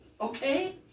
Okay